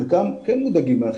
חלקם כן מודאגים מהחיסון.